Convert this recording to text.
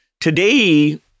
Today